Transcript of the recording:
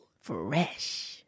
Fresh